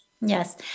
Yes